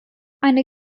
eine